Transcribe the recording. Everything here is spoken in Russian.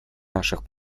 наших